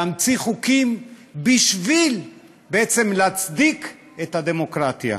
להמציא חוקים בעצם בשביל להצדיק את הדמוקרטיה.